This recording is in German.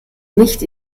nicht